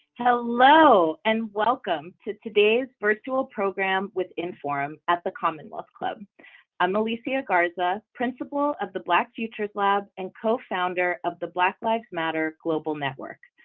hello and welcome to today's virtual program with inform at the commonwealth club i'm alicia garza principal of the black futures lab and co-founder of the black lives matter global network.